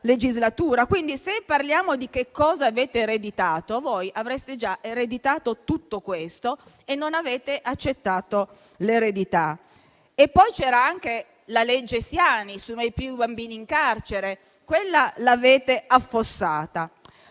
Quindi, se parliamo di che cosa avete ereditato, voi avreste già ereditato tutto questo e non avete accettato l'eredità. C'era anche la legge Siani - mai più bambini in carcere - e l'avete affossata.